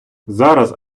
зараз